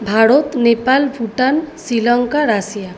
Bharat Nepal Bhutan Sri Lanka Russia